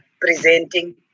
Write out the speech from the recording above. presenting